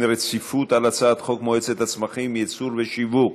רציפות על הצעת חוק מועצת הצמחים (ייצור ושיווק)